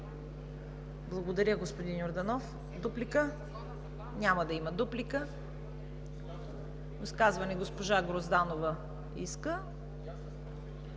Благодаря, господин Йорданов. Дуплика? Няма да има. Изказване – госпожа Грозданова.